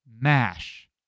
MASH